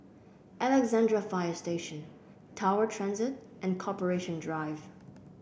Alexandra Fire Station Tower Transit and Corporation Drive